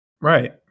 Right